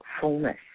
fullness